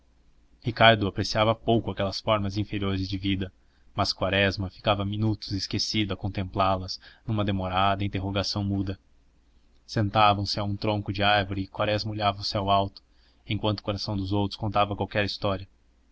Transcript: simpáticos ricardo apreciava pouco aquelas formas inferiores de vida mas quaresma ficava minutos esquecidos a contemplá las numa demorada interrogação muda sentavam-se a um tronco de árvore e quaresma olhava o céu alto enquanto coração dos outros contava qualquer história